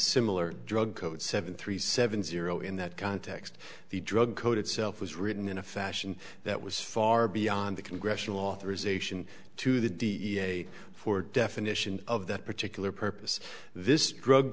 similar drug code seven three seven zero in that context the drug code itself was written in a fashion that was far beyond the congressional authorization to the d a for definition of that particular purpose this drug